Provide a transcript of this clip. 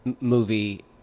movie